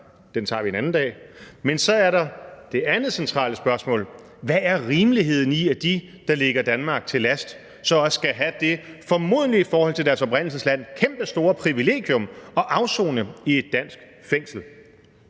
den tager vi en anden dag – og så er der det andet centrale spørgsmål: Hvad er rimeligheden i, at de, der ligger Danmark til last, så også skal have det formodentlig i forhold til deres oprindelsesland kæmpestore privilegium at afsone i et dansk fængsel?